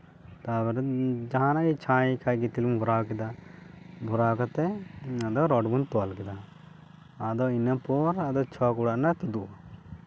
ᱛᱟᱨᱯᱚᱨᱮ ᱡᱟᱦᱟᱸᱱᱟᱜ ᱜᱮ ᱪᱷᱟᱭ ᱠᱷᱟᱡ ᱜᱤᱛᱤᱞ ᱮᱢ ᱵᱷᱚᱨᱟᱣ ᱠᱮᱫᱟ ᱵᱷᱚᱨᱟᱣ ᱠᱟᱛᱮᱫ ᱟᱫᱚ ᱨᱚᱰ ᱵᱚᱱ ᱛᱚᱞ ᱠᱮᱫᱟ ᱟᱫᱚ ᱤᱱᱟᱹᱯᱚᱨ ᱟᱫᱚ ᱪᱷᱚᱠ ᱚᱲᱟᱜ ᱨᱮᱱᱟᱜ ᱛᱩᱫᱩᱜᱼᱟ